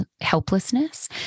helplessness